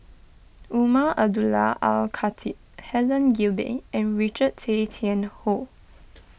Umar Abdullah Al Khatib Helen Gilbey and Richard Tay Tian Hoe